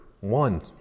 One